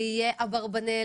זה יהיה אברבנאל.